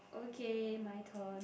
okay my turn